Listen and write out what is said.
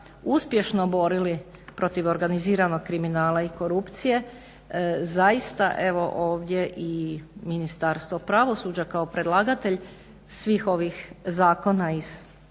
uspješno borili protiv organiziranog kriminala i korupcije zaista evo ovdje i Ministarstvo pravosuđa kao predlagatelj svih ovih zakona iz